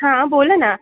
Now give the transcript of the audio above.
हां बोला ना